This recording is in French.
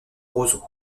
roseaux